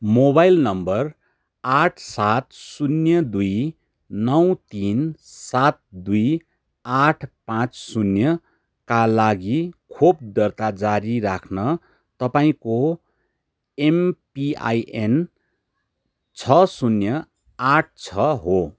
mobile number आठ सात शून्य दुई नौ तिन सात दुई आठ पाँच शून्य का लागि खोप दर्ता जारी राख्न तपाईँँको एमपिआइएन छ शून्य आठ छ हो